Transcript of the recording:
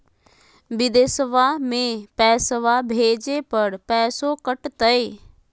बिदेशवा मे पैसवा भेजे पर पैसों कट तय?